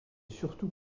surtout